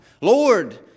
Lord